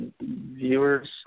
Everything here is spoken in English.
viewers